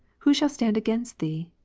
who shall stand against thee?